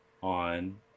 on